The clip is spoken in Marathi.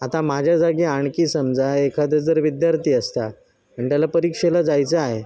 आता माझ्या जागी आणखी समजा एखादं जर विद्यार्थी असता आणि त्याला परीक्षेला जायचं आहे